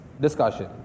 discussion